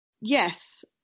Yes